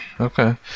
okay